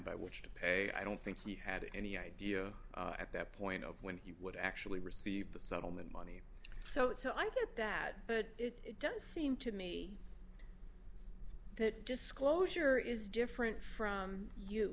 by which to pay i don't think he had any idea at that point of when he would actually receive the settlement money so it so i get that but it does seem to me that disclosure is different from you